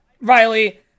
Riley